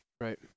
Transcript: Right